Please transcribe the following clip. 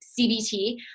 CBT